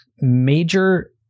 major